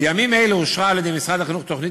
בימים אלה אושרה במשרד החינוך תוכנית